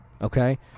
okay